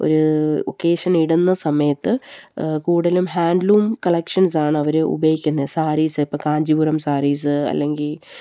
ഒരു ഒക്കേഷന് ഇടുന്ന സമയത്ത് കൂടുതലും ഹാൻഡ്ലൂം കളക്ഷൻസ് ആണ് അവര് ഉപയോഗിക്കുന്നത് സാരീസ് ഇപ്പം കാഞ്ചിപുരം സാരീസ് അല്ലെങ്കില്